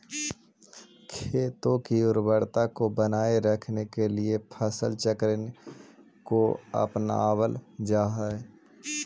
खेतों की उर्वरता को बनाए रखने के लिए फसल चक्र को अपनावल जा हई